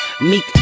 Meek